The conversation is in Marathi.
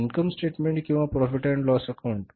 इन्कम स्टेटमेंट किंवा प्रॉफिट आणि लॉस अकाउंट